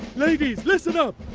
ladies! listen up!